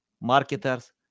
marketers